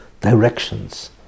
directions